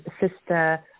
sister